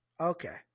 Okay